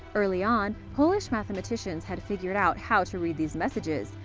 early on, polish mathematicians had figured out how to read these messages,